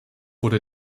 wurde